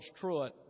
Truett